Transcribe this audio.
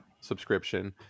subscription